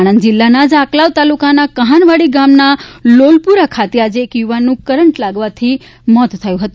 આણંદ જિલ્લાના જ આકલાંવ તાલુકા કહાનવાડી ગામના લોલપુરા ખાતે આજે યુવાનનું કરંટ લાગવાથી મોત થયું છે